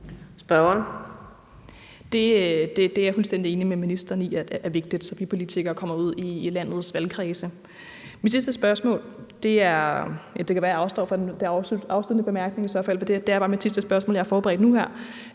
Det er jeg fuldstændig enig med ministeren i er vigtigt, så vi politikere kommer ud i landets valgkredse. Mit sidste spørgsmål er – det kan være, jeg i så fald afstår fra den afsluttende bemærkning, for det er bare mit sidste spørgsmål, jeg har forberedt nu her